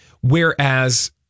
Whereas